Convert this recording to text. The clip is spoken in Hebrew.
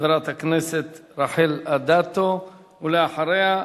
חברת הכנסת רחל אדטו, ואחריה,